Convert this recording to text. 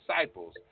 disciples